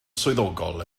swyddogol